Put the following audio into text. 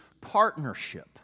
partnership